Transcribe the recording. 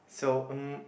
so mm